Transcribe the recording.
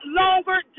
longer